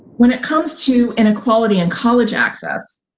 when it comes to inequality and college access,